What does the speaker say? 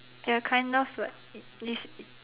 ya kind of but it's